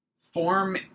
Form